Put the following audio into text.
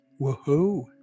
Woohoo